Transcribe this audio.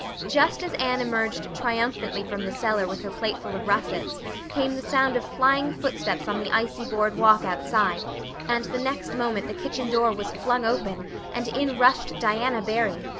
just as anne emerged triumphantly from the cellar with her plateful of russets came the sound of flying footsteps on the icy board walk outside and the next moment the kitchen door was flung open and in rushed diana barry,